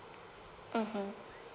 mmhmm